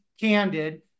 candid